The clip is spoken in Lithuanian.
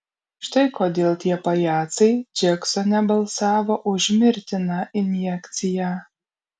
štai kodėl tie pajacai džeksone balsavo už mirtiną injekciją